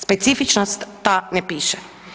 Specifičnost ta ne piše.